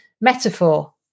metaphor